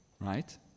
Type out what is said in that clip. Right